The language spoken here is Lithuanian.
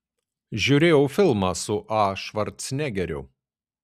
žiūrėjau filmą su a švarcnegeriu